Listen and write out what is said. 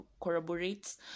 corroborates